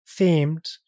themed